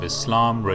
Islam